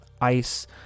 ice